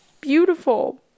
beautiful